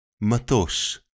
Matos